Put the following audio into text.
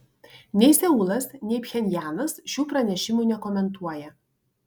nei seulas nei pchenjanas šių pranešimų nekomentuoja